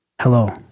Hello